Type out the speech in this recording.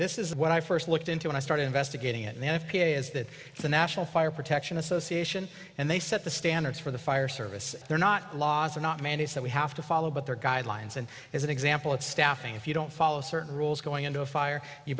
this is what i first looked into when i started investigating it and if he is that the national fire protection association and they set the standards for the fire service they're not laws are not mandates that we have to follow but they're guidelines and as an example of staffing if you don't follow certain rules going into a fire you